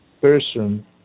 person